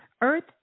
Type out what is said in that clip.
Earth